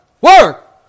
work